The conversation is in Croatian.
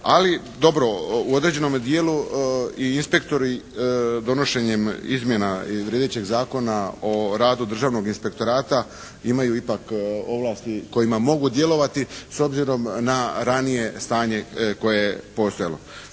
ali dobro u određenom dijelu i inspektori donošenjem izmjena i vrijedećeg Zakona o radu državnog inspektorata imaju ipak ovlasti kojima mogu djelovati s obzirom na ranije stanje koje je postojalo.